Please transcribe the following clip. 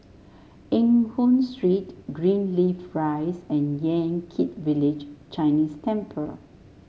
Eng Hoon Street Greenleaf Rise and Yan Kit Village Chinese Temple